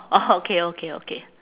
orh okay okay okay